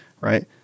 right